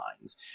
lines